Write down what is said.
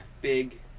big